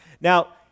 now